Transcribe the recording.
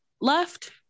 left